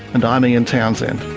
and i'm ian townsend